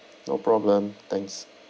no problem thanks